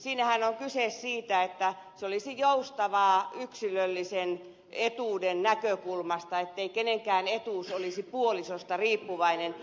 siinähän on kyse siitä että se olisi joustava yksilöllisen etuuden näkökulmasta niin ettei kenenkään etuus olisi puolisosta riippuvainen